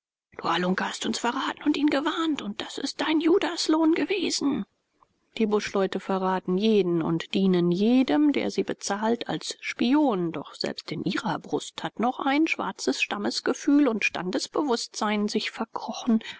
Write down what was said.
du halunke hast uns verraten und ihn gewarnt und das ist dein judaslohn gewesen die buschleute verraten jeden und dienen jedem der sie bezahlt als spion doch selbst in ihrer brust hat noch ein schwarzes stammesgefühl und standesbewußtsein sich verkrochen